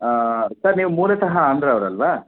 sir ನೀವು ಮೂಲತಃ ಆಂಧ್ರ ಅವರಲ್ವ